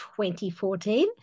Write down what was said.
2014